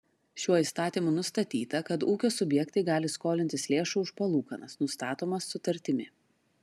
šiuo įstatymu nustatyta kad ūkio subjektai gali skolintis lėšų už palūkanas nustatomas sutartimi